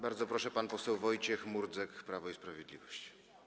Bardzo proszę, pan poseł Wojciech Murdzek, Prawo i Sprawiedliwość.